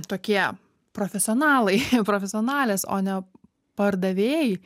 tokie profesionalai profesionalės o ne pardavėjai